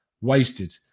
Wasted